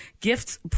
gifts